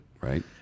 Right